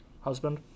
husband